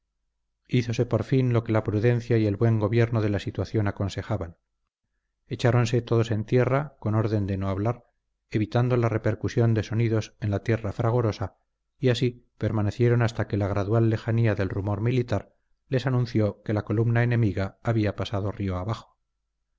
por fin lo que la prudencia y el buen gobierno de la situación aconsejaban echáronse todos en tierra con orden de no hablar evitando la repercusión de sonidos en la sierra fragorosa y así permanecieron hasta que la gradual lejanía del rumor militar les anunció que la columna enemiga había pasado río abajo